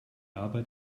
arbeit